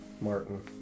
Martin